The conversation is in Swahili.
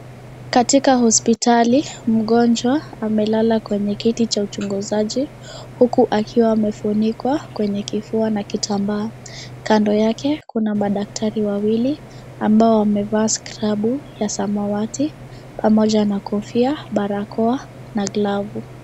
Katika hospitali, mgonjwa amelala kwenye kiti cha uchunguzaji, huku akiwa amefunikwa kwenye kifua na kita mbaa, kando yake kunaadaktari wawili ambao wamevaa, skrabu ya samawati, pamoja na kodia, barakoa, na glavu.